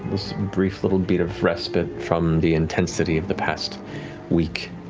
this brief little beat of respite from the intensity of the past week.